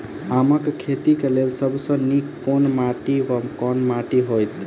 आमक खेती केँ लेल सब सऽ नीक केँ माटि वा माटि हेतै?